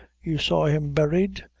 you saw him buried?